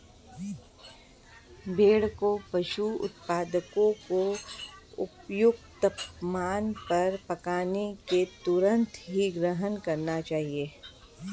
भेड़ को पशु उत्पादों को उपयुक्त तापमान पर पकाने के उपरांत ही ग्रहण करना चाहिए